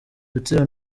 rutsiro